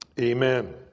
Amen